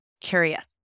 curious